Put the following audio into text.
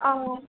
অঁ